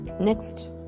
Next